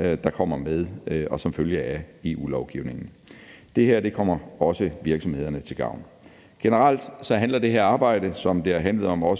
der kommer som følge af EU-lovgivningen. Det her kommer også virksomhederne til gavn. Generelt handler det her arbejde om – som det også har handlet om